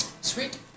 Sweet